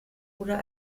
oder